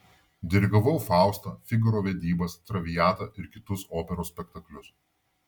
dirigavau faustą figaro vedybas traviatą ir kitus operos spektaklius